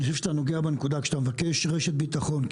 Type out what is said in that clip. אני חושב שאתה נוגע בנקודה כשאתה מבקש רשת בטחון.